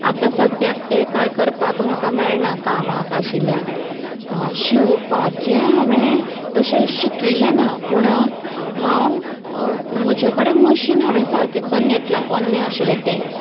आतां सद्द्याक तें कांय करपाक म्हाका मेळना कामाक आशिल्ल्यान शिवपाचें हांवेन तशें शिकिल्लें ना पूण हांव म्हजे कडेन मशीन हांवें सारकें करून घेतलां पोन्नें आशिल्लें तें